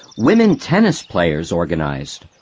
women tennis players organized.